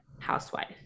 housewife